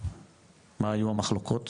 מה היו המחלוקות